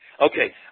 Okay